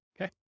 Okay